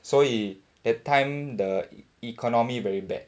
所以 that time the economy very bad